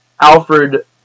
Alfred